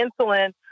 insulin